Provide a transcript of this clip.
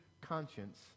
conscience